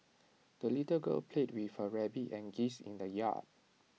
the little girl played with her rabbit and geese in the yard